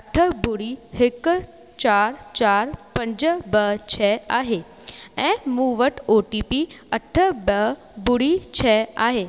अठ बुड़ी हिकु चारि चारि पंज ब छ आहे ऐं मूं वटि ओ टी पी अठ ब बुड़ी छ आहे